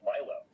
Milo